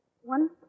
One